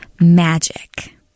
magic